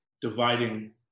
dividing